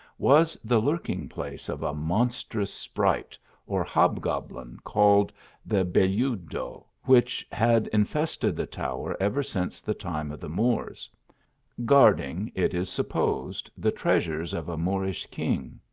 was the lurking-place of a monstrous sprite or hobgoblin called the belludo, which had infested the tower ever since the time of the moors guarding, it is supposed, the treasures of a moorish king.